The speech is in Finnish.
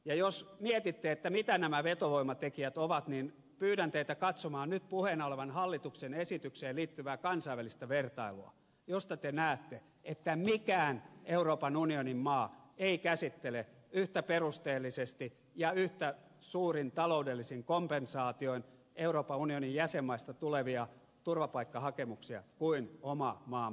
ja jos mietitte mitä nämä vetovoimatekijät ovat niin pyydän teitä katsomaan nyt puheena olevaan hallituksen esitykseen liittyvää kansainvälistä vertailua josta te näette että mikään euroopan unionin maa ei käsittele yhtä perusteellisesti ja yhtä suurin taloudellisin kompensaatioin euroopan unionin jäsenmaista tulevia turvapaikkahakemuksia kuin oma maamme suomi